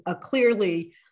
clearly